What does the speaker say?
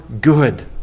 good